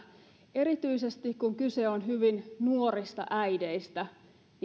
erityisesti kun kyse on hyvin nuorista äideistä